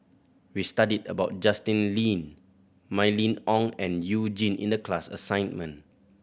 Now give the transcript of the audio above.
we studied about Justin Lean Mylene Ong and You Jin in the class assignment